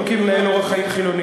אם כי אני מנהל אורח חיים חילוני.